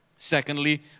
Secondly